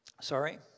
Sorry